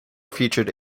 featured